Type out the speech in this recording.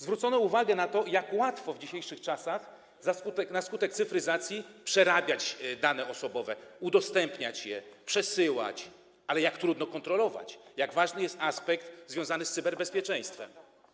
Zwrócono uwagę na to, jak łatwo w dzisiejszych czasach na skutek cyfryzacji przerabiać dane osobowe, udostępniać je, przesyłać, ale jednocześnie jak trudno to kontrolować, jak ważny jest aspekt związany z cyberbezpieczeństwem.